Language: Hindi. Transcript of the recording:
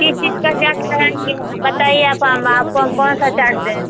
किस चीज का रहेंगे यहाँ बताइये आप अब हम कौन सा चाट दें